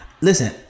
listen